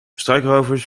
struikrovers